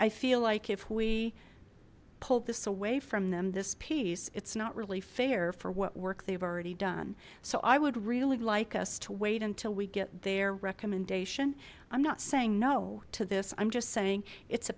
i feel like if we pull this away from them this piece it's not really fair for what work they've already done so i would really like us to wait until we get their recommendation i'm not saying no to this i'm just saying it's a